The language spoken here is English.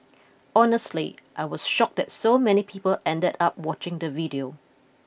honestly I was shocked that so many people ended up watching the video